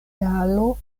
galo